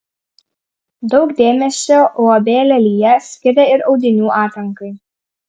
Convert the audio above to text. daug dėmesio uab lelija skiria ir audinių atrankai